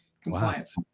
compliance